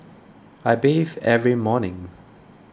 I bathe every morning